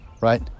right